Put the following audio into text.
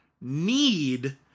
need